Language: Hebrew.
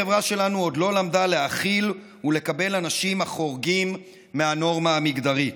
החברה שלנו עוד לא למדה להכיל ולקבל אנשים החורגים מהנורמה המגדרית.